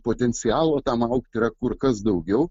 potencialo tam augti yra kur kas daugiau